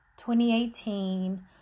2018